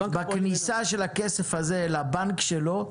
בכניסה של הכסף הזה לבנק שלו,